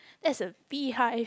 that's a beehive